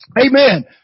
Amen